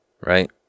Right